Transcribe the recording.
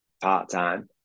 part-time